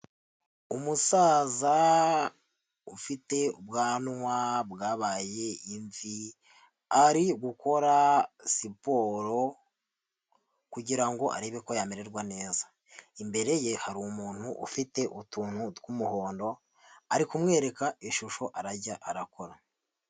Umusaza ufite ubwanwa bwabaye imvi, ari gukora siporo kugira ngo arebe ko yamererwa neza, imbere ye hari umuntu ufite utuntu tw'umuhondo, ari kumwereka ishusho arajya arakora.